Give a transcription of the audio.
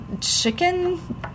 chicken